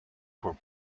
where